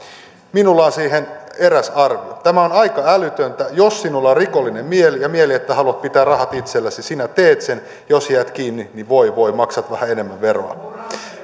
minulla on siihen eräs arvio tämä on aika älytöntä jos sinulla on rikollinen mieli ja mieli että haluat pitää rahat itselläsi sinä teet sen jos jäät kiinni niin voi voi maksat vähän enemmän veroa